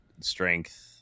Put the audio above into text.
strength